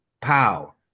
pow